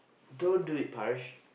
don't do it Parish